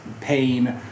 pain